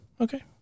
Okay